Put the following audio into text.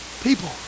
people